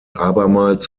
abermals